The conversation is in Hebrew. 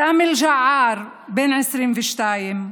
סמי אל-ג'עאר, בן 22,